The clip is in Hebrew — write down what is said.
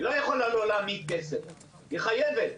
היא לא יכולה לא להעמיד כסף, היא חייבת.